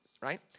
right